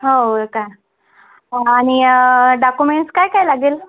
हो का आणि डाक्युमेंट्स काय काय लागेल